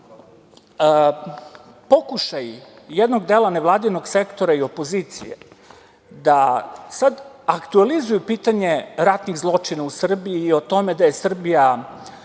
pokušaj jednog dela nevladinog sektora i opozicije, da sad aktuelizuju pitanje ratnih zločina u Srbiji i o tome da je Srbija